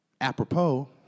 Apropos